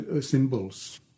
symbols